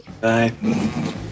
Bye